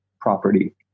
property